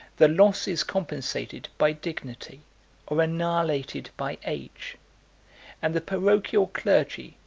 the loss is compensated by dignity or annihilated by age and the parochial clergy,